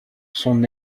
son